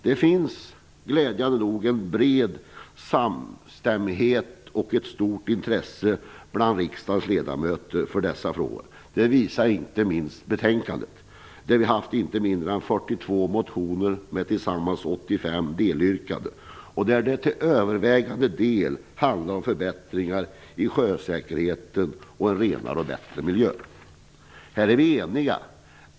Det finns glädjande nog en bred samstämmighet i dessa frågor och ett stort intresse för dem bland riksdagens ledamöter. Det visar inte minst betänkandet. Vi har haft inte mindre än 42 motioner med tillsammans 85 delyrkanden. De handlar till en övervägande del om förbättringar i sjösäkerheten och en renare och bättre miljö. Här är vi eniga.